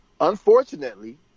unfortunately